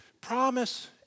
promise